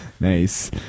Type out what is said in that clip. Nice